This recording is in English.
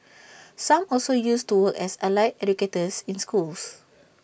some also used to work as allied educators in schools